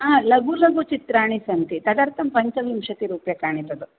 लघु लघु चित्राणि सन्ति तदर्थं पञ्चविंशतिरूप्यकाणि तद्